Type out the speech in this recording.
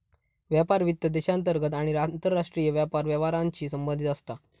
व्यापार वित्त देशांतर्गत आणि आंतरराष्ट्रीय व्यापार व्यवहारांशी संबंधित असता